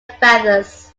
feathers